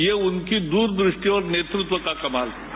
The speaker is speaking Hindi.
ये उनकी दूरदृष्टि और नेतृत्व का कमाल है